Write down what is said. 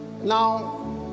Now